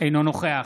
אינו נוכח